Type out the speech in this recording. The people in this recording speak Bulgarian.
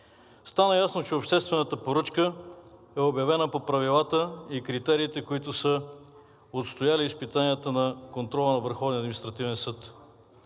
Стана ясно, че обществената поръчка е обявена по правилата и критериите, които са устояли на изпитанията на контрола на